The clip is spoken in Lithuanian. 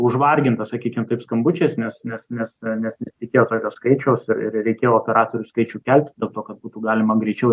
užvarginta sakykim kaip skambučiais nes nes nes nes nesitikėjo tokio skaičiaus ir reikėjo operatorių skaičių kelt dėl to kad būtų galima greičiau